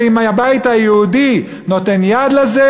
ואם הבית היהודי נותן יד לזה,